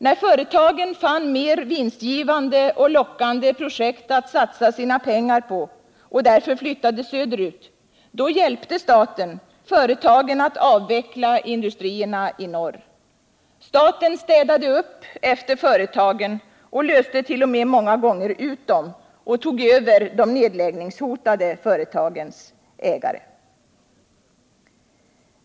När företagen fann mer vinstgivande och lockande projekt att satsa sina pengar i och därför flyttade söderut, hjälpte staten företagen att avveckla industrierna i norr. Staten städade upp efter företagen och löste många gånger t.o.m. ut företagen och tog över de nedläggningshotade företagens ägare.